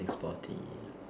sporty